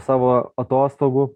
savo atostogų